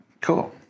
Cool